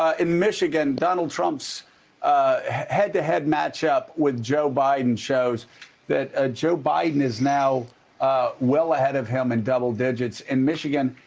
ah in michigan, donald trump's head-to-head matchup with joe biden shows that ah joe biden is now well ahead of him in double digits in michigan.